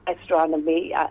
Astronomy